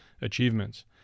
achievements